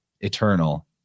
eternal